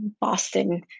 Boston